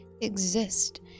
exist